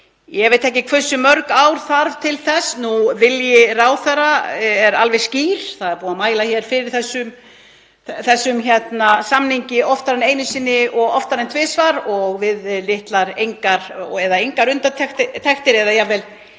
Ég veit ekki hversu mörg ár þarf til þess. Vilji ráðherra er alveg skýr. Það er búið að mæla fyrir þessum samningi oftar en einu sinni og oftar en tvisvar við litlar eða engar undirtektir og jafnvel